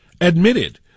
admitted